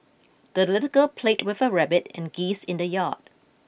the little girl played with her rabbit and geese in the yard